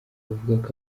bavuga